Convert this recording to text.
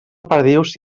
perdius